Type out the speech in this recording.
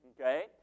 Okay